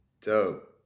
Dope